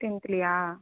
டென்த்துலையா